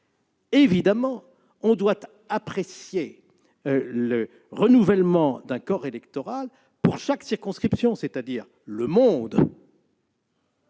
Évidemment, on doit apprécier le renouvellement d'un corps électoral pour chaque circonscription, c'est-à-dire le monde